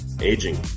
aging